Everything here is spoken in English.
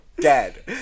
dead